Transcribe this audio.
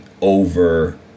over